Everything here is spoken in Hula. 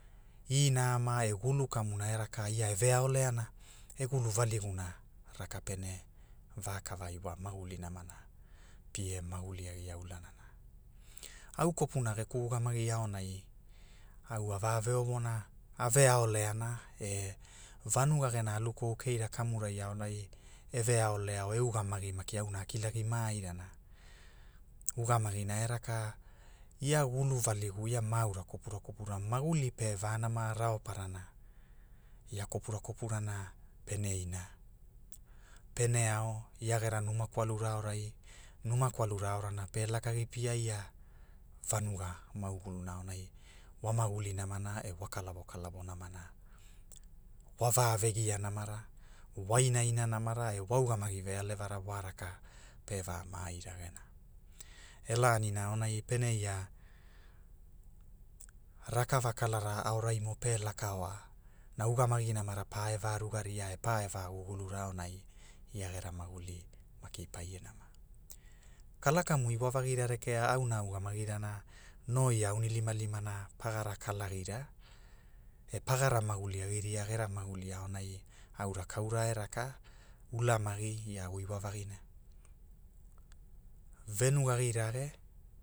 Ina ama e gulu kamuna e raka ia e ve aoleana, e gulu valiguna, raka pene, vakava iwa maguli namana, pie maguli agia ulanana. Au kopuna geku ugamagi aonai, au a ve veovona, ave aoleana, e, vanuga gena alu kou keira kamurai aonai, e veaole o e ugamagi maki auna a kilagi. maairana. Ugamagina e raka, ia gulu valigu ia maaura kopura kopura maguli pe vanama raoparana, ia kopura kopurana, pene ina, pene ao ia gera numa kwalura aorai numa kwalurana aonana pe lakagi piapia, vanuga mauguluna aonai, wa maguli namana e wa kalawo kalawo namana,. wa va vagia namara wa inaina namara e wa ugamagi vealevara wa raka, pe va maai ragena, e lanina aonai pene ia, rakava kalaramo aonai pe laka oa, na ugamagi namara pae va rugaria e pae va gugulara aonai ia gera maguli maki paie nama kala kamu iwavagi rekea auna a ugamagirana, no ia aunilimalimana, pagara kalagira, e pagara maguli agriria gera maguli aonai, aura kaura e raka, ulamagi lavuiwavagina, venugagirage